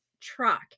truck